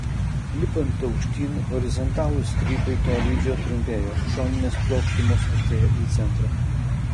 lipant aukštyn horizontalūs strypai tolydžio trumpėjo šoninės plokštumos artėjo į centrą